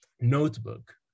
notebook